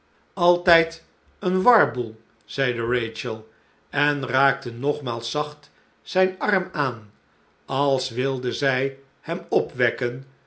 altijd een warboel zeide rachel en raakte nogmaals zacht zijn armaan als wilde zij hem opwekken